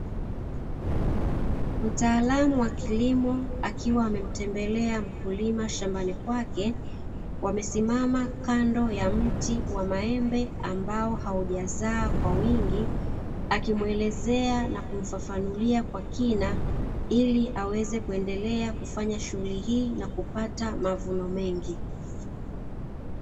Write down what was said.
Mtaalamu wa kilimo akiwa amemtembelea mkulima shambani kwake wamesimama kando ya mti wa maembe ambao haujazaa kwa wingi, akimuelezea na kumfafanulia kwa kina ili aweze kuendelea kufanya shughuli hii na kupata mavuno mengi.